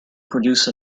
produce